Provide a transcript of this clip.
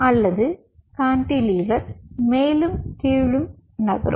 அல்லது கான்டிலீவர் மேலும் கீழும் நகரும்